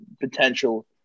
potential